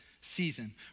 season